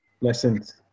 Lessons